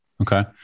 Okay